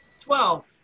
Twelve